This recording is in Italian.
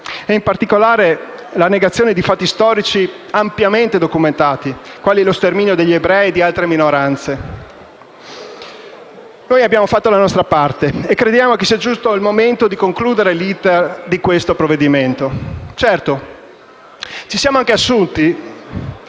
e, in particolare, la negazione di fatti storici ampiamente documentati, quali lo sterminio degli ebrei e di altre minoranze. Noi abbiamo fatto la nostra parte e crediamo sia giunto il momento di concludere l'*iter* del provvedimento in esame. Certo, ci siamo anche assunti